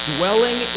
Dwelling